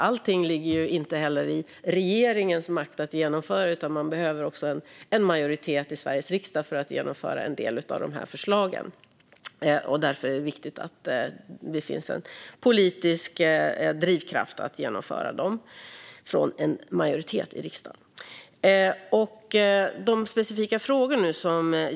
Allting ligger inte i regeringens makt att genomföra, utan man behöver en majoritet i Sveriges riksdag för att genomföra en del av de här förslagen. Därför är det viktigt att det finns en politisk drivkraft från en majoritet i riksdagen att genomföra dem.